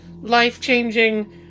life-changing